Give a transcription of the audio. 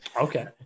Okay